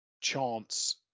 chance